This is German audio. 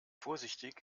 vorsichtig